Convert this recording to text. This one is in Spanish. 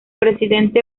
presidente